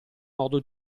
modo